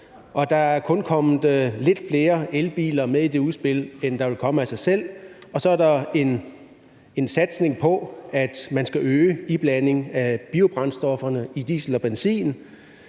der er kun kommet lidt flere elbiler med i det udspil, end der ville være kommet af sig selv, og så er der en satsning på at øge iblanding af biobrændstoffer i diesel og benzin.